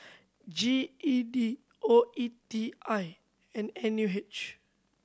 G E D O E T I and N U H